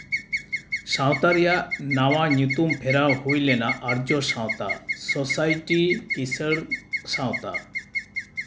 ᱥᱟᱶᱛᱟ ᱨᱮᱭᱟᱜ ᱱᱟᱣᱟ ᱧᱩᱛᱩᱢ ᱯᱷᱮᱨᱟᱣ ᱦᱩᱭ ᱞᱮᱱᱟ ᱟᱨᱡᱚ ᱥᱟᱶᱛᱟ ᱥᱳᱥᱟᱭᱴᱤ ᱠᱤᱥᱟᱹᱬ ᱥᱟᱶᱛᱟ